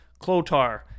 Clotar